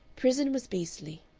prison was beastly.